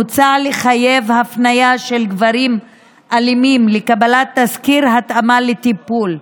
מוצע לחייב הפניה של גברים אלימים לקבלת תסקיר התאמה לטיפול.